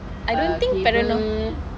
I don't think paranor~